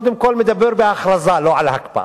קודם כול, הוא מדבר על הכרזה, לא על הקפאה,